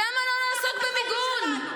למה לא לעסוק במיגון?